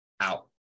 out